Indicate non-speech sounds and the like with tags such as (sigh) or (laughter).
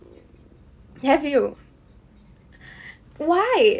have you (laughs) why